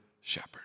shepherd